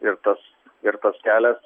ir tas ir tas kelias